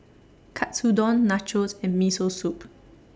Katsudon Nachos and Miso Soup